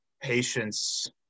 patience